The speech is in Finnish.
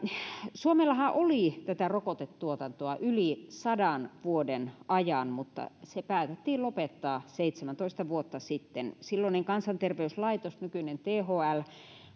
suomellahan oli rokotetuotantoa yli sadan vuoden ajan mutta se päätettiin lopettaa seitsemäntoista vuotta sitten silloinen kansanterveyslaitos nykyinen thl